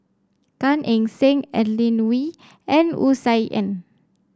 Gan Eng Seng Adeline Ooi and Wu Tsai Yen